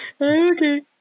Okay